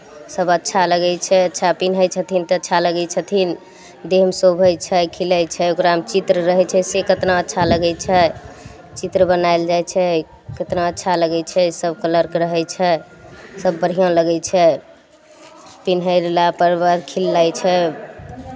सभ अच्छा लगै छै अच्छा पिन्है छथिन तऽ अच्छा लगै छथिन देहमे शोभै छै खिलै छै ओकरामे चित्र रहै छै से केतना अच्छा लगै छै चित्र बनायल जाइ छै केतना अच्छा लगै छै सभ कलरके रहै छै सभ बढ़िआँ लगै छै पीन्हलापर बड़ खिलै छै